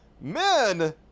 men